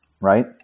right